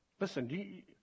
Listen